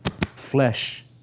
flesh